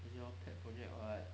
is your pet project or what